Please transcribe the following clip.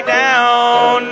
down